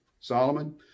Solomon